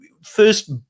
first